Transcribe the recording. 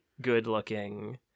good-looking